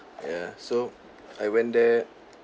ya so I went there